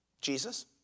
Jesus